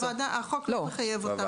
החוק לא מחייב אותם.